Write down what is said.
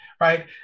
right